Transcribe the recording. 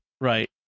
Right